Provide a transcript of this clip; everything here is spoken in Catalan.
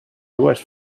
dues